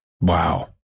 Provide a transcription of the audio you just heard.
Wow